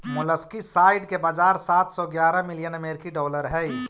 molluscicide के बाजार सात सौ ग्यारह मिलियन अमेरिकी डॉलर हई